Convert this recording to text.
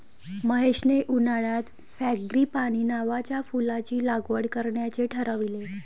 महेशने उन्हाळ्यात फ्रँगीपानी नावाच्या फुलाची लागवड करण्याचे ठरवले